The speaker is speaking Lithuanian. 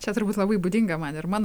čia turbūt labai būdinga man ir mano